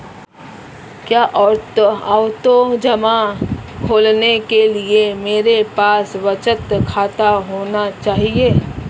क्या आवर्ती जमा खोलने के लिए मेरे पास बचत खाता होना चाहिए?